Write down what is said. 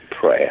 prayer